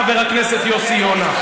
חבר הכנסת יוסי יונה,